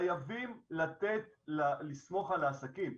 חייבים לסמוך על העסקים.